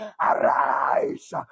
Arise